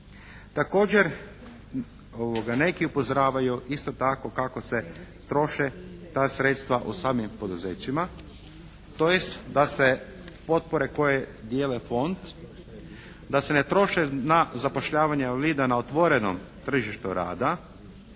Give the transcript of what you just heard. Također neki upozoravaju isto tako kako se troše ta sredstva u samim poduzećima tj. da se potpore koje dijele fond, da se ne troše na zapošljavanje invalida na otvorenom tržištu rada,